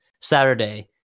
Saturday